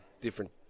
different